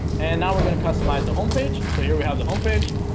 and now we're gonna customize the home page. so here we have the home page.